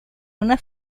una